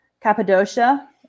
Cappadocia